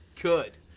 Good